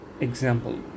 example